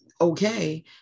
okay